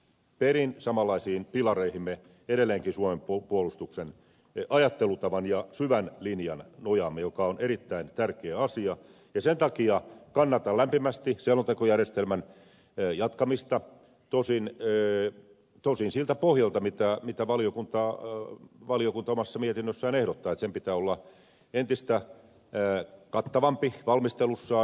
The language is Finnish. perin samanlaisiin pilareihin me edelleenkin suomen puolustuksen ajattelutavan ja syvän linjan nojaamme mikä on erittäin tärkeä asia ja sen takia kannatan lämpimästi selontekojärjestelmän jatkamista tosin siltä pohjalta mitä valiokunta omassa mietinnössään ehdottaa että sen pitää olla entistä kattavampi valmistelussaan